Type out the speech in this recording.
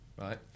right